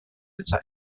attached